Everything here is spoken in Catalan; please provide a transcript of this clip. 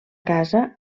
casa